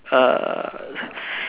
uh